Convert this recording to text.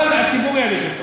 הציבור יעניש אותן.